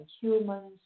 humans